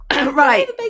Right